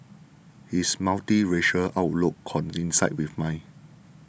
his multiracial outlook coincided with mine